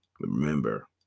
remember